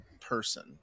person